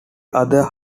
other